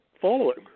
following